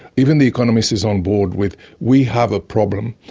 even the economist is on board with we have a problem.